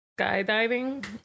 skydiving